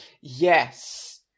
Yes